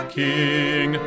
king